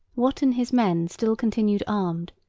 wat and his men still continued armed,